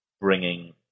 bringing